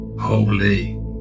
Holy